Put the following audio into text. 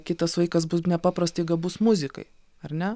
kitas vaikas bus nepaprastai gabus muzikai ar ne